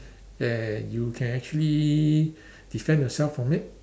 and you can actually defend yourself from it